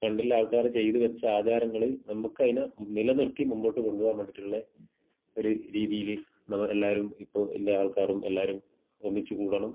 പണ്ടുള്ള ആൾക്കാർ ചെയ്ത് വെച്ച ആചാരങ്ങൾ നമുക്കതിനെ നിലനിർത്തി മുന്നോട്ട് കൊണ്ട് പോവാൻ വേണ്ടീട്ടുള്ള ഒരു രീതിയിൽ നമ്മൾ എല്ലാവരും ഇപ്പോൾ എല്ലാ ആൾക്കാരും എല്ലാവരും ഒന്നിച്ച് കൂടണം